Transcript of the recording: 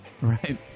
Right